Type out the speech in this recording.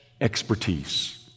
expertise